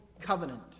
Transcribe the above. Covenant